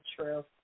true